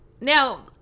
Now